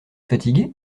fatigué